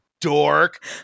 dork